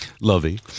lovey